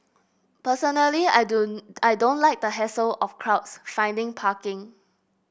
personally I don't I don't like the hassle of crowds finding parking